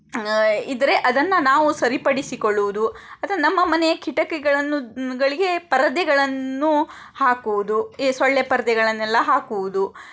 ಇದ್ದರೆ ಅದನ್ನು ನಾವು ಸರಿಪಡಿಸಿಕೊಳ್ಳುವುದು ಅಥವಾ ನಮ್ಮ ಮನೆ ಕಿಟಕಿಗಳನ್ನುಗಳಿಗೆ ಪರದೆಗಳನ್ನು ಹಾಕುವುದು ಈ ಸೊಳ್ಳೆ ಪರದೆಗಳನ್ನೆಲ್ಲ ಹಾಕುವುದು